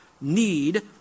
need